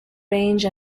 range